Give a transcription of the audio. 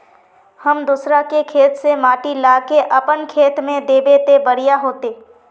हम दूसरा के खेत से माटी ला के अपन खेत में दबे ते बढ़िया होते?